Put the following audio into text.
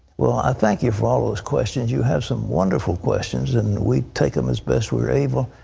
i thank you for all of those questions. you have some wonderful questions. and we take them as best we're able,